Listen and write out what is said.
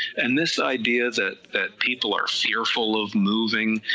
and this idea that that people are fearful of moving,